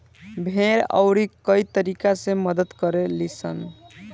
भेड़ अउरी कई तरीका से मदद करे लीसन